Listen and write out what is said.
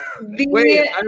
Wait